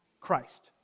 Christ